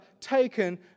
taken